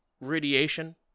radiation